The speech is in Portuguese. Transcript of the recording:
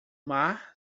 mar